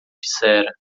dissera